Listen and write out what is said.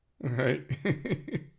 right